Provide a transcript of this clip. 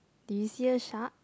do you see a shark